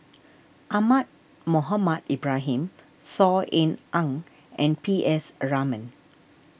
Ahmad Mohamed Ibrahim Saw Ean Ang and P S a Raman